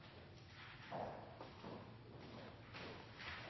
han som